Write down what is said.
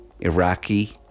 Iraqi